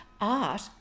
Art